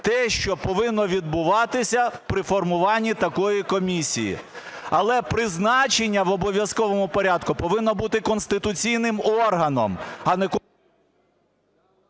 те, що повинно відбуватись при формуванні такої комісії, але призначення в обов'язковому порядку повинно бути конституційним органом, а не… ГОЛОВУЮЧИЙ. Ставлю